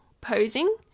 posing